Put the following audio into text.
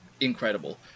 incredible